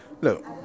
look